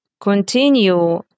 continue